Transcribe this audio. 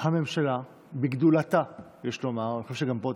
הממשלה, בגדולתה, יש לומר, אני חושב שפה תסכים,